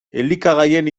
elikagaien